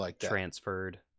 transferred